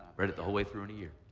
read it the whole way through in a yeah